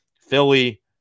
Philly